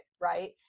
Right